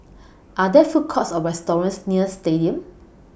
Are There Food Courts Or restaurants near Stadium